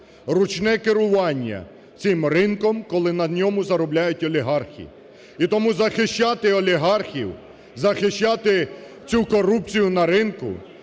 ручне керування цим ринком, коли на ньому зароблять олігархи. І тому захищати олігархів, захищати цю корупцію на ринку,